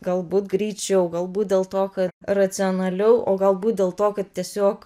galbūt greičiau galbūt dėl to kad racionaliau o galbūt dėl to kad tiesiog